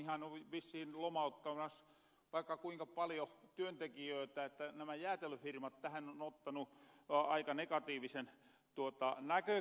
ingmannihan on vissiin lomauttamas vaikka kuinka paljo työntekijöitä että nämä jäätelöfirmat tähän on ottanu aika negatiivisen näkökuluman